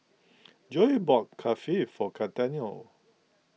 Joey bought Kulfi for Gaetano